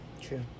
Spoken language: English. True